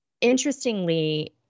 interestingly